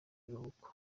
biruhuko